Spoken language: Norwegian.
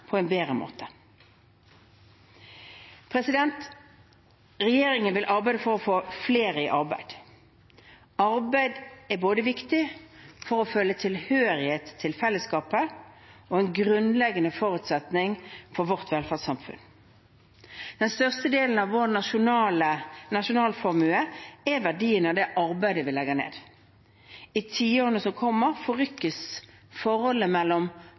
på en bedre måte. Regjeringen vil arbeide for å få flere i arbeid. Arbeid er viktig både for å føle en tilhørighet til fellesskapet og en grunnleggende forutsetning for vårt velferdssamfunn. Den største delen av vår nasjonalformue er verdien av det arbeidet vi legger ned. I tiårene som kommer, forrykkes forholdet mellom